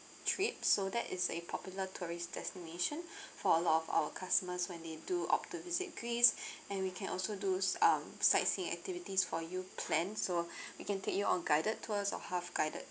trip so that is a popular tourist destination for a lot of our customers when they do opt to visit greece and we can also do um sightseeing activities for you planned so we can take you on guided tours or half guided